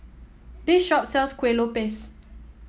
this shop sells Kuih Lopes